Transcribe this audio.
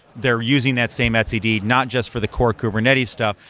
they're using that same etcd not just for the core kubernetes stuff,